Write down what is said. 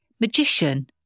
magician